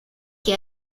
que